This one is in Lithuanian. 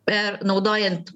per naudojant